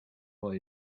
wel